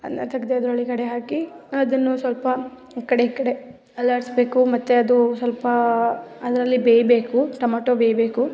ಅದನ್ನ ತೆಗ್ದ್ ಅದರೊಳ್ಗಡೆ ಹಾಕಿ ಅದನ್ನು ಸ್ವಲ್ಪ ಆ ಕಡೆ ಈ ಕಡೆ ಅಲ್ಲಾಡಿಸ್ಬೇಕು ಮತ್ತೆ ಅದು ಸ್ವಲ್ಪ ಅದರಲ್ಲಿ ಬೇಯಬೇಕು ಟಮೊಟೊ ಬೇಯಬೇಕು